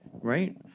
Right